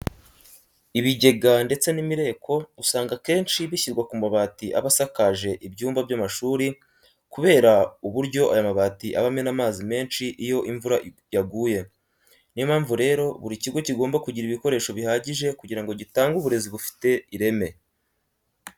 Ibigega ndetse n'imireko usanga akenshi bishyirwa ku mabati aba asakaje ibyumba by'amashuri kubera uburyo aya mabati aba amena amazi menshi iyo imvura yaguye. Niyo mpamvu rero buri kigo kigomba kugira ibikoresho bihagije kugira ngo gitange uburezi bufite ireme.